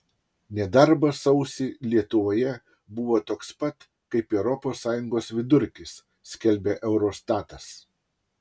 nedarbas sausį lietuvoje buvo toks pat kaip europos sąjungos vidurkis skelbia eurostatas